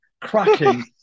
cracking